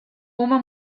uma